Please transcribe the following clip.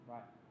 Right